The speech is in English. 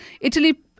Italy